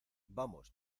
vamos